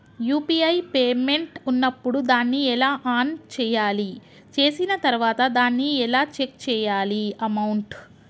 UPI payment ఉన్నప్పుడు దాన్ని ఎలా ఆన్ చేయాలి? చేసిన తర్వాత దాన్ని ఎలా చెక్ చేయాలి అమౌంట్?